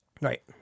Right